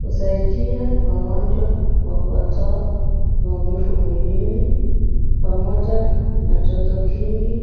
husaidia wagonjwa kwa kuwatoa maumivu mwilini pamoja na joto jingi.